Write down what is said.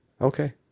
okay